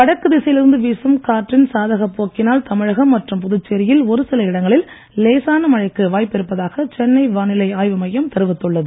வடக்கு திசையில் இருந்து வீசும் காற்றின் சாதகப் போக்கினால் தமிழகம் மற்றும் புதுச்சேரியில் ஒரு சில இடங்களில் லேசான மழைக்கு வாய்ப்பிருப்பதாக சென்னை வானிலை ஆய்வு மையம் தெரிவித்துள்ளது